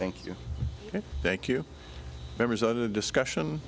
thank you thank you members of the discussion